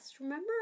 Remember